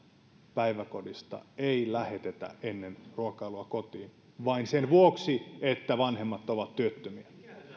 päiväkodista ei lähetetä ennen ruokailua kotiin vain sen vuoksi että vanhemmat ovat työttömiä